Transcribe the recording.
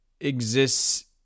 exists